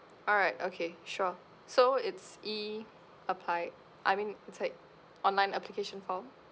alright okay sure so it's E apply I mean it's like online application form